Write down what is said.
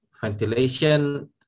ventilation